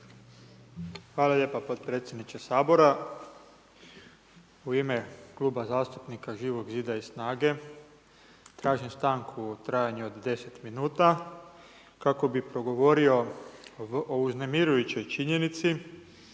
Hvala lijepa potpredsjedniče Sabora. U ime Kluba zastupnika Živog zida i SNAGA-e, tražim stanku u trajanju od 10 minuta kako bih progovorio o uznemirujućoj činjenici